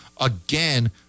Again